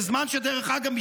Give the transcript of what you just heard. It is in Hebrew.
דרך אגב,